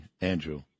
Andrew